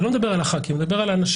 אני לא מדבר על חברי הכנסת אלא על האנשים.